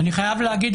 אני חייב להגיד,